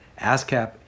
ASCAP